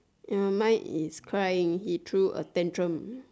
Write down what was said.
ya mine is crying he threw a tantrum